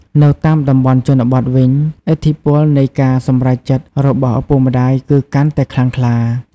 នៅតាមតំបន់ជនបទវិញ ឥទ្ធិពលនៃការសម្រេចចិត្តរបស់ឪពុកម្ដាយគឺកាន់តែខ្លាំងខ្លា។